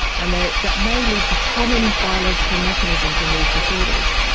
and that that may lead to common biological mechanisms in these disorders.